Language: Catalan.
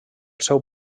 seu